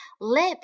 Lip